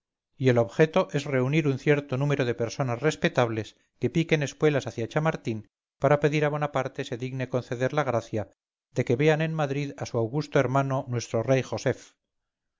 y el objeto es reunir un cierto número de personas respetables que piquen espuelas hacia chamartín para pedir a bonaparte se digne conceder la gracia de que vean en madrid a su augusto hermano nuestro rey josef